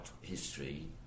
history